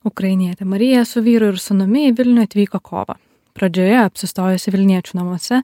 ukrainietė marija su vyru ir sūnumi į vilnių atvyko kovą pradžioje apsistojusi vilniečių namuose